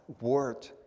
word